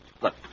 Look